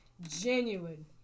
Genuine